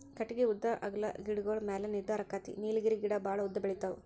ಕಟಗಿ ಉದ್ದಾ ಅಗಲಾ ಗಿಡಗೋಳ ಮ್ಯಾಲ ನಿರ್ಧಾರಕ್ಕತಿ ನೇಲಗಿರಿ ಗಿಡಾ ಬಾಳ ಉದ್ದ ಬೆಳಿತಾವ